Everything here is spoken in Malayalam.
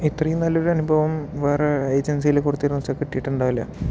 ഇത്രയും നല്ലൊരു അനുഭവം വേറൊരു ഏജൻസിയിൽ കൊടുത്തിരുന്നാൽ കിട്ടിയിട്ടുണ്ടാകില്ല